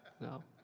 No